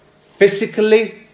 physically